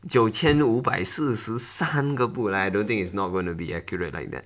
九千五百四十三个步 I don't think it's not gonna be accurate like that